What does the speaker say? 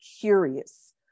curious